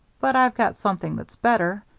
but i've got something that's better.